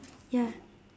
ya